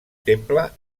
temple